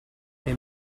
they